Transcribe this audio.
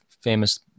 famous